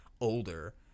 older